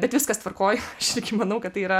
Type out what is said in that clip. bet viskas tvarkoj aš irgi manau kad tai yra